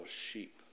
sheep